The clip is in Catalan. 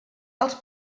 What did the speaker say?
els